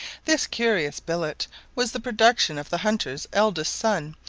this curious billet was the production of the hunter's eldest son,